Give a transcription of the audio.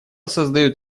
создает